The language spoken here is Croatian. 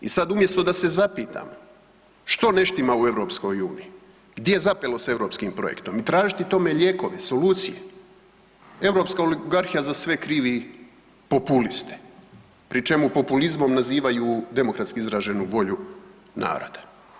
I sad umjesto da se zapitamo što ne štima u EU, gdje je zapelo s europskim projektom i tražiti tome lijekove, solucije, europska oligarhija za sve krivi populiste pri čemu populizmom nazivaju demokratski izraženu volju naroda.